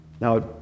Now